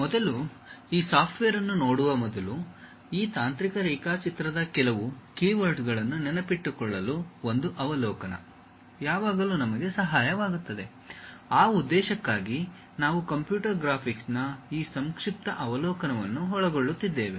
ಮೊದಲು ಈ ಸಾಫ್ಟ್ವೇರ್ ಅನ್ನು ನೋಡುವ ಮೊದಲು ಈ ತಾಂತ್ರಿಕ ರೇಖಾಚಿತ್ರದ ಕೆಲವು ಕೀವರ್ಡ್ಗಳನ್ನು ನೆನಪಿಟ್ಟುಕೊಳ್ಳಲು ಒಂದು ಅವಲೋಕನ ಯಾವಾಗಲೂ ನಮಗೆ ಸಹಾಯ ಮಾಡುತ್ತದೆ ಆ ಉದ್ದೇಶಕ್ಕಾಗಿ ನಾವು ಕಂಪ್ಯೂಟರ್ ಗ್ರಾಫಿಕ್ಸ್ನ ಈ ಸಂಕ್ಷಿಪ್ತ ಅವಲೋಕನವನ್ನು ಒಳಗೊಳ್ಳುತ್ತಿದ್ದೇವೆ